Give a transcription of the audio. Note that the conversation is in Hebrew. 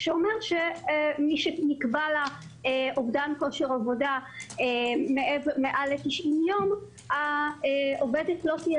שאומר שמי שנקבע לה אובדן כושר עבודה מעל ל-90 יום לא תהיה